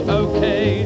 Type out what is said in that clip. okay